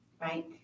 right